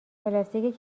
پلاستیک